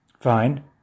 Fine